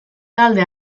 talde